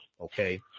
Okay